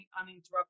uninterrupted